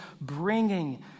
bringing